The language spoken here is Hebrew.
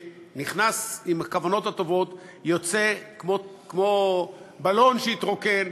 שנכנס עם הכוונות הטובות, יוצא כמו בלון שהתרוקן.